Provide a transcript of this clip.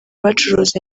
bacuruza